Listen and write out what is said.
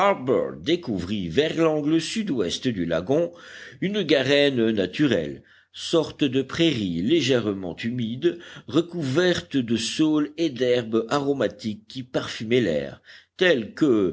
découvrit vers l'angle sud-ouest du lagon une garenne naturelle sorte de prairie légèrement humide recouverte de saules et d'herbes aromatiques qui parfumaient l'air telles que